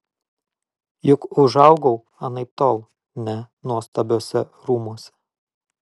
juk užaugau anaiptol ne nuostabiuose rūmuose